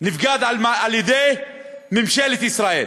נבגד על-ידי ממשלת ישראל